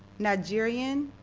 nigerian,